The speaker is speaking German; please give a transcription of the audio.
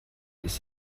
ist